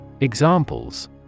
Examples